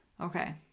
Okay